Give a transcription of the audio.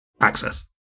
access